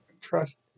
trust